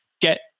get